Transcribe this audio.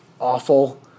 awful